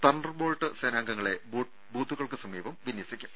thunder bolt സേനാംഗങ്ങളെ ബൂത്തുകൾക്ക് സമീപം വിന്യസിക്കും